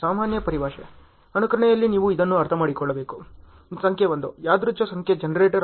ಸಾಮಾನ್ಯ ಪರಿಭಾಷೆ ಅನುಕರಣೆಯಲ್ಲಿ ನೀವು ಇದನ್ನು ಅರ್ಥಮಾಡಿಕೊಳ್ಳಬೇಕು ಸಂಖ್ಯೆ 1 ಯಾದೃಚ್ ಸಂಖ್ಯೆ ಜನರೇಟರ್